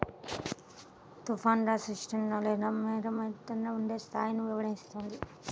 తుఫానుగా, స్పష్టంగా లేదా మేఘావృతంగా ఉండే స్థాయిని వివరిస్తుంది